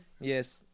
Yes